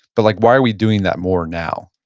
but like why are we doing that more now?